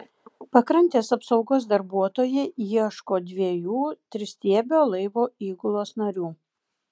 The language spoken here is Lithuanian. pakrantės apsaugos darbuotojai ieško dviejų tristiebio laivo įgulos narių